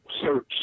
search